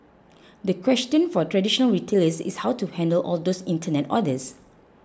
the question for traditional retailers is how to handle all those internet orders